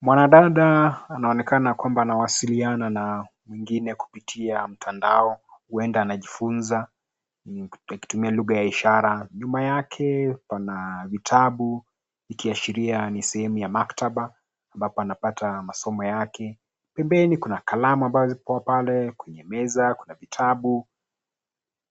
Mwanadada anaonekana kwamba anawasiliana na mwingine kupitia mtandao huenda anajifunza, huku akitumia lugha ya ishara, nyuma yake pana vitabu vikiashiria ni sehemu ya maktaba ambapo anapata masomo yake, pembeni kuna kalamu ambazo ziko pale kwenye meza kuna vitabu,